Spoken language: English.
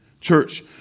Church